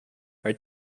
are